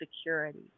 security